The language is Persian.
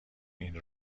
این